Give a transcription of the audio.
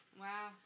Wow